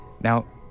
Now